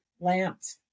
lamps